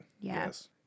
Yes